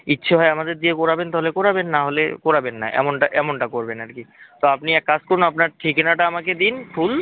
ইচ্ছে হয় আমাদের দিয়ে করাবেন তাহলে করাবেন না হলে করাবেন না এমনটা এমনটা করবেন আর কি তো আপনি এক কাজ করুন আপনার ঠিকানাটা আমাকে দিন ফুল